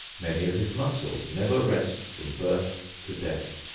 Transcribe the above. many of his muscles never rest from birth to death.